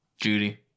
Judy